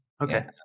Okay